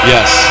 Yes